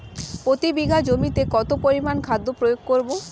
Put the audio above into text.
প্রতি বিঘা জমিতে কত পরিমান খাদ্য প্রয়োগ করব?